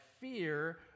fear